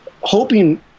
Hoping